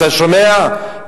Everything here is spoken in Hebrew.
אתה שומע,